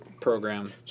program